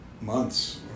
months